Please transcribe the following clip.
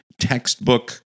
textbook